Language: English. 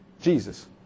Jesus